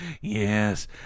yes